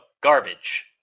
Garbage